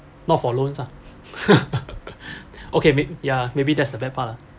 not for loans ah okay may ya maybe that's the bad part ah